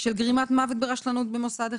של גרימת מוות ברשלנות במוסד אחד,